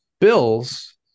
Bills